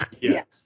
Yes